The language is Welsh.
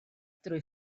drwy